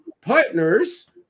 partners